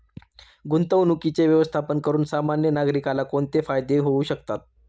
गुंतवणुकीचे व्यवस्थापन करून सामान्य नागरिकाला कोणते फायदे होऊ शकतात?